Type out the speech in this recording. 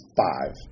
five